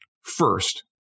first